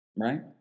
right